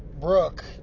brooke